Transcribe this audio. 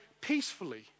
peacefully